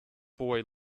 boy